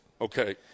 Okay